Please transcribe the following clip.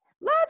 Love